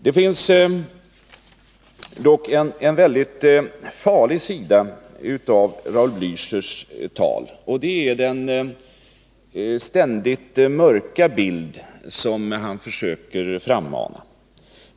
Det finns dock en mycket farlig sida av Raul Blächers tal, och det är den ständigt mörka bild som han försöker frammana.